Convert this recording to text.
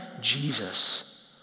Jesus